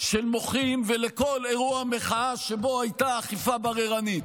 של מוחים ולכל אירוע מחאה שבו הייתה אכיפה בררנית.